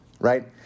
Right